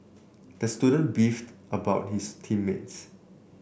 the student beefed about his team mates